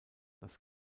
das